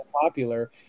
popular